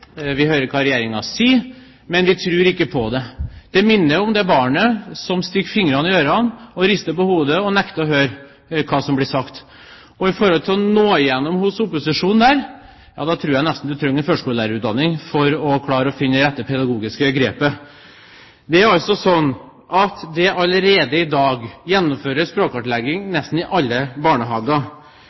vi ser hva Regjeringen skriver, vi hører hva Regjeringen sier, men vi tror ikke på det. Det minner om barnet som stikker fingrene i ørene, rister på hodet og nekter å høre hva som blir sagt. For å nå gjennom hos opposisjonen her tror jeg nesten man trenger førskolelærerutdanning for å klare å ta det rette pedagogiske grepet. Det er altså slik at det allerede i dag gjennomføres språkkartlegging i nesten alle barnehager.